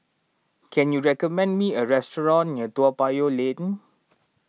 can you recommend me a restaurant near Toa Payoh Lane